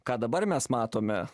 ką dabar mes matome